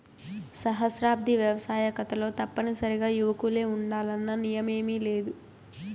సహస్రాబ్ది వ్యవస్తాకతలో తప్పనిసరిగా యువకులే ఉండాలన్న నియమేమీలేదు